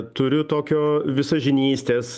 turiu tokio visažinystės